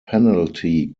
penalty